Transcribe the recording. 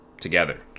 together